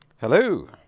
Hello